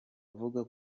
avuga